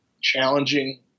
challenging